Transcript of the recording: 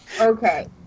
Okay